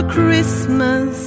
Christmas